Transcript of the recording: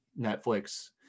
Netflix